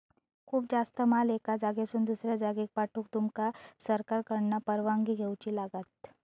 खूप जास्त माल एका जागेसून दुसऱ्या जागेक पाठवूक तुमका सरकारकडना परवानगी घेऊची लागात